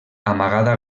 amagada